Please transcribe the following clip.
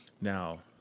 Now